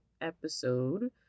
episode